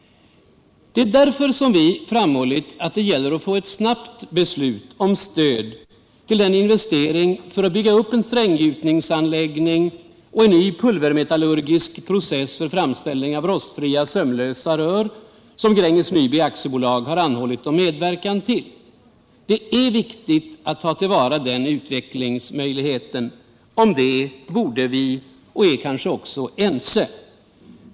Det är därför vi framhåller att det gäller att få ett snabbt beslut om stöd till den investering för att bygga upp en stränggjutningsanläggning och en ny pulvermetallurgisk process för framställning av rostfria sömlösa rör som Gränges Nyby AB anhållit om medverkan till. Det är viktigt att ta till vara den utvecklingsmöjligheten. Därom borde vi vara, och är kanske också, ense.